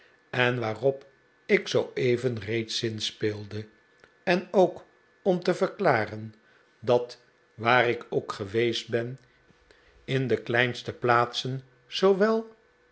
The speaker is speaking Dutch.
en waarop ik zooeven reeds zinspeelde en ook om te verklaren dat waar ik ook geweest ben in de kleinste plaatsen zoowel